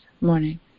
morning